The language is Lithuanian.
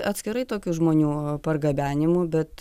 atskirai tokių žmonių pargabenimu bet